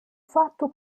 fatto